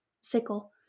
sickle